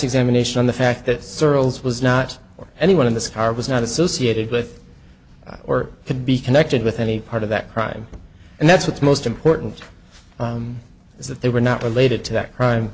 examination on the fact that searle's was not or anyone in this car was not associated with or could be connected with any part of that crime and that's what's most important is that they were not related to that crime